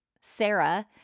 Sarah